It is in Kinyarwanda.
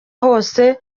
hose